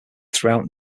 throughout